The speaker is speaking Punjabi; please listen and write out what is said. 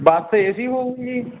ਬੱਸ ਏ ਸੀ ਹੋਊਗੀ ਜੀ